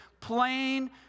plain